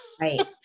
Right